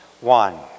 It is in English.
one